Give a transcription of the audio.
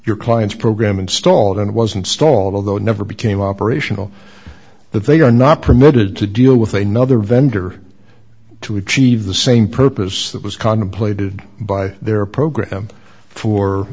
your client's program installed and was installed although never became operational that they are not permitted to deal with a nother vendor to achieve the same purpose that was contemplated by their program for